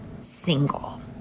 single